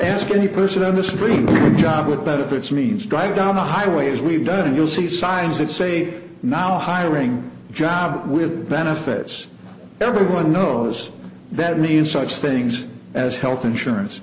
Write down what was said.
the person in this dream job with benefits means drive down the highways we've done and you'll see signs that say now hiring a job with benefits everyone knows that means such things as health insurance